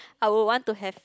I would want to have